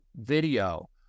video